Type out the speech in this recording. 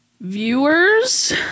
viewers